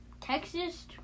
Texas